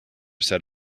set